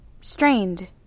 strained